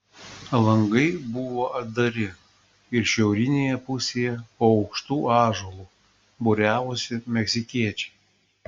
langai buvo atdari ir šiaurinėje pusėje po aukštu ąžuolu būriavosi meksikiečiai